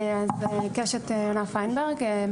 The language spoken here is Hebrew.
אני קשת יונה פיינברג,